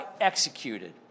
executed